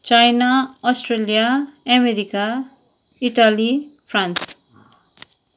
China Australia America Italy France